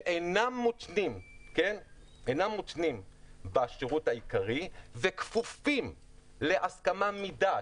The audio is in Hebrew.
שאינם מותנים בשירות העיקרי וכפופים להסכמה מדעת,